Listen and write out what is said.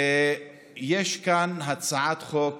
ויש כאן הצעת חוק